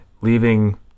leaving